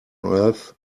earth